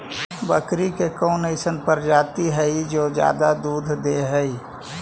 बकरी के कौन अइसन प्रजाति हई जो ज्यादा दूध दे हई?